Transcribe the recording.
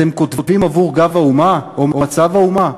אתם כותבים עבור "גב האומה" או "מצב האומה"?